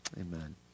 amen